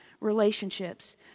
relationships